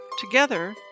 Together